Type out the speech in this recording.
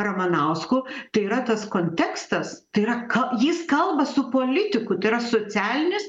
ramanausku tai yra tas kontekstas tai yra ka jis kalba su politiku tai yra socialinis